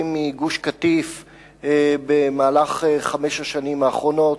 מגוש-קטיף במהלך חמש השנים האחרונות,